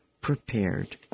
prepared